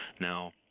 now